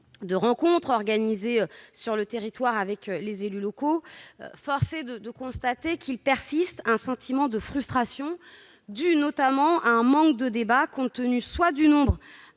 de rencontres organisées sur le territoire avec les élus locaux, nous avons constaté que persistait un sentiment de frustration, dû notamment à un manque de débat tenant soit au nombre